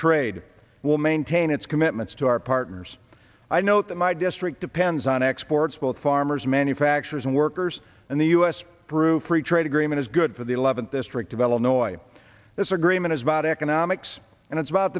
trade will maintain its commitments to our partners i note that my district depends on exports with farmers manufacturers and workers and the us through free trade agreement is good for the eleventh district develop noise this agreement is about economics and it's about